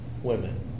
Women